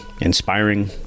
inspiring